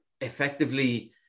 effectively